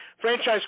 franchise